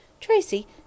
Tracy